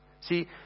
See